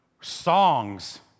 Songs